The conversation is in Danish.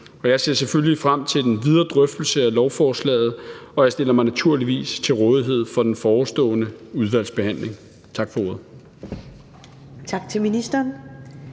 og jeg ser frem til den videre drøftelse af lovforslaget, og jeg stiller mig naturligvis til rådighed for den forestående udvalgsbehandling. Tak for ordet.